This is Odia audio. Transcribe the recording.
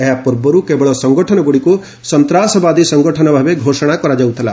ଏହା ପୂର୍ବରୁ କେବଳ ସଂଗଠନଗୁଡ଼ିକୁ ସନ୍ତ୍ରାସବାଦୀ ସଂଗଠନ ଭାବେ ଘୋଷଣା କରାଯାଉଥିଲା